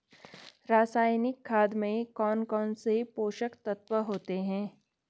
रासायनिक खाद में कौन कौन से पोषक तत्व होते हैं?